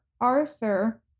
Arthur